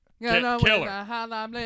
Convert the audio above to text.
killer